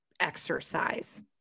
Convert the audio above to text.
exercise